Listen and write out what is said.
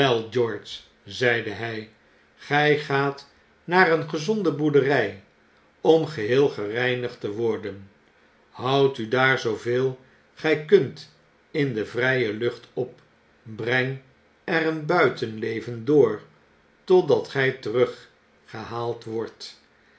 george zeide hy gy gaat naar een gezonde boerdery om geheel gereinigd te worden floudt u daar zooveel gy kunt in de vrije lucht op breng er een bnitenleven door totdat gy teruggehaald wordt